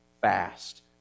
fast